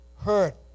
hurt